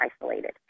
isolated